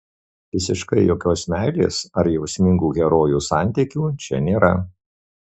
visiškai jokios meilės ar jausmingų herojų santykių čia nėra